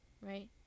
Right